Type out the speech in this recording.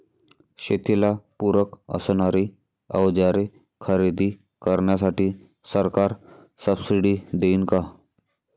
शेतीला पूरक असणारी अवजारे खरेदी करण्यासाठी सरकार सब्सिडी देईन का?